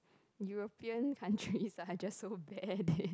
European countries are just so bad they